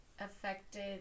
affected